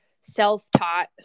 self-taught